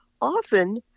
often